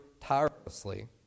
tirelessly